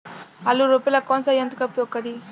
आलू रोपे ला कौन सा यंत्र का प्रयोग करी?